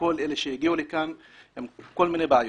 כל אלה שהגיעו לכאן עם כל מיני בעיות.